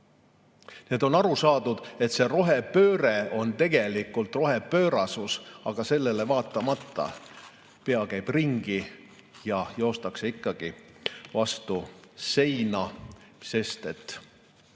et on aru saadud, et rohepööre on tegelikult rohepöörasus, aga sellele vaatamata pea käib ringi ja joostakse ikkagi vastu seina, sest kasu